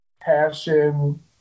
passion